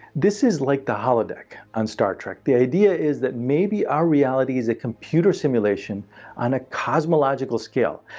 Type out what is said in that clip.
this is like the holodeck on star trek. the idea is that maybe our reality is a computer simulation on a cosmological scale.